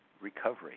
recovery